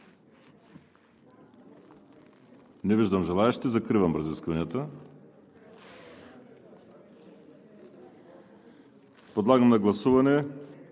Не виждам желаещи. Закривам разискванията. Подлагам на първо гласуване